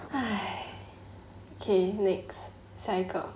K next 下一个